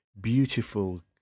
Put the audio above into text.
beautiful